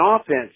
offense